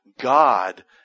God